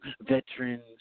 veterans